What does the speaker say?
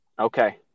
Okay